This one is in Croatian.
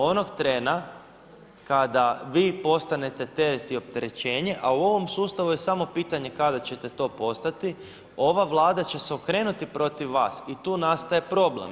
Onog trena kada vi postanete teret i opterećenje, a u ovom sustavu je samo pitanje kada ćete to postati ova Vlada će se okrenuti protiv vas i tu nastaje problem.